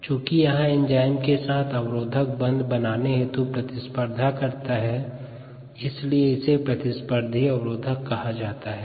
चूंकि यहाँ एंजाइम के साथ अवरोधक बंध बनाने हेतु प्रतिस्पर्धा करता है इसलिए इसे प्रतिस्पर्धी अवरोधक कहा जाता है